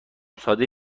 ساده